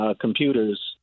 computers